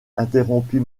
interrompit